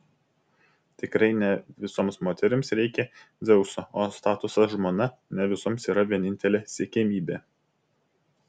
tikrai ne visoms moterims reikia dzeuso o statusas žmona ne visoms yra vienintelė siekiamybė